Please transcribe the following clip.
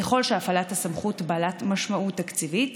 ככל שהפעלת הסמכות בעלת משמעות תקציבית,